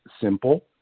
simple